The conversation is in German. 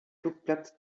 flugplatz